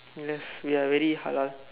yes ya very hard lah